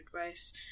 advice